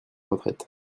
retraite